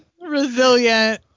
Resilient